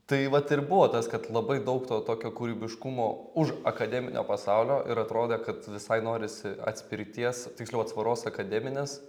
tai vat ir buvo tas kad labai daug to tokio kūrybiškumo už akademinio pasaulio ir atrodė kad visai norisi atspirties tiksliau atsvaros akademinės